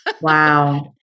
Wow